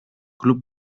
club